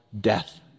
death